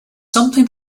something